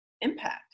impact